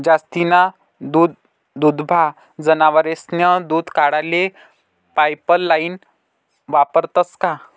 जास्तीना दूधदुभता जनावरेस्नं दूध काढाले पाइपलाइन वापरतंस का?